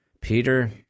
Peter